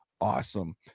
awesome